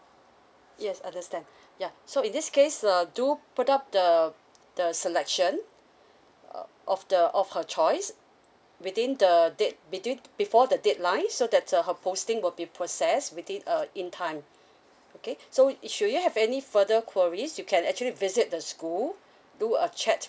yes understand ya so in this case uh do put up the the selection uh of the of her choice within the date between before the deadline so that's a her posting will be processed within uh in time okay so should you have any further queries you can actually visit the school do a chat